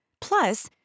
Plus